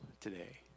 today